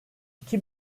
iki